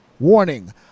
Warning